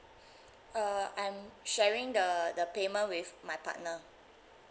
uh I'm sharing the the payment with my partner